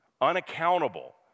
unaccountable